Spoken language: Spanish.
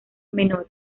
menores